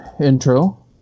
intro